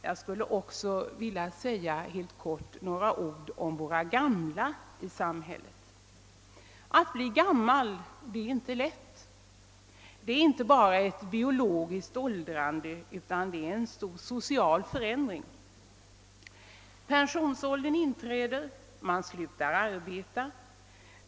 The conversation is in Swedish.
Jag skulle vilja säga några ord också om de gamla i samhället. Att bli gammal är inte lätt. Det innebär inte bara ett biologiskt åldrande utan också en stor social förändring. Pensionsåldern inträder, och man slutar arbeta.